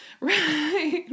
Right